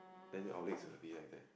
then our legs will be like that